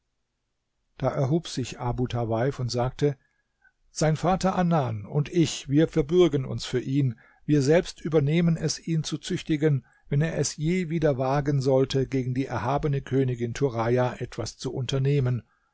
da erhob sich abu tawaif und sagte sein vater anan und ich wir verbürgen uns für ihn wir selbst übernehmen es ihn zu züchtigen wenn er es je wieder wagen sollte gegen die erhabene königin turaja etwas zu unternehmen